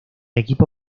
equipo